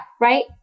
Right